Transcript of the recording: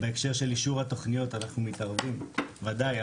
בהקשר של אישור התוכניות אנחנו מתערבים, ודאי.